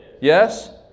Yes